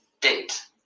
date